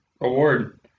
award